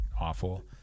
awful